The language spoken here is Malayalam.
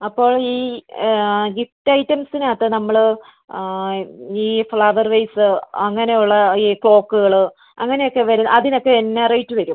അപ്പോൾ ഈ ഗിഫ്റ്റ് ഐറ്റംസിനകത്ത് നമ്മൾ ഈ ഫ്ലവർ വേസ് അങ്ങനെ ഉള്ള ഈ ക്ലോക്കുകൾ അങ്ങനെ ഒക്കെ വരും അതിനൊക്കെ എന്നാൽ റേറ്റ് വരും